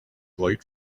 late